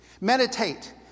Meditate